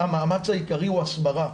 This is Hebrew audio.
המאמץ העיקרי הוא הסברה,